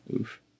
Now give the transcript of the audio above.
Oof